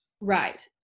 Right